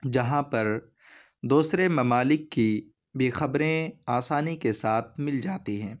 جہاں پر دوسرے ممالک کی بھی خبریں آسانی کے ساتھ مل جاتی ہیں